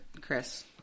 Chris